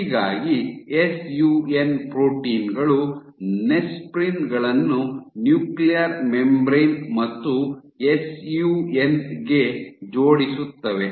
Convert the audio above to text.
ಹೀಗಾಗಿ SUN protein ಗಳು nesprin ಗಳನ್ನು ನ್ಯೂಕ್ಲಿಯರ್ ಮೆಂಬರೇನ್ ಮತ್ತು ಎಸ್ಯುಎನ್ ಗೆ ಜೋಡಿಸುತ್ತವೆ